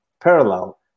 parallel